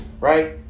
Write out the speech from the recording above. right